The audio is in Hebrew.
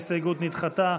ההסתייגות נדחתה.